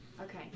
Okay